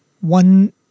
One